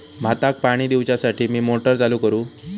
भाताक पाणी दिवच्यासाठी मी मोटर चालू करू?